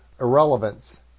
irrelevance